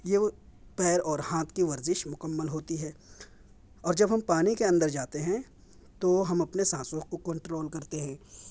یہ وہ پیر اور ہاتھ کی ورزش مکمل ہوتی ہے اور جب ہم پانی کے اندر جاتے ہیں تو وہ ہم اپنے سانسوں کو کنٹرول کرتے ہیں